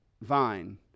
vine